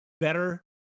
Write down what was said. better